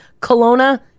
Kelowna